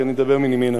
כי אני מדבר מנימי נפשי,